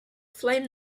flame